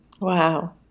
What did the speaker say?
Wow